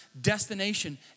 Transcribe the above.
destination